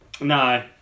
No